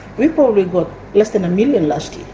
we probably got less than a million last year.